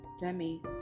Demi